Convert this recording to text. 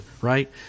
right